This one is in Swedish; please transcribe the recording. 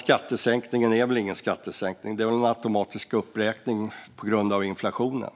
Skattesänkningen är som sagt ingen skattesänkning, utan det är en automatisk uppräkning på grund av inflationen.